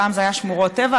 פעם זה היה שמורות טבע,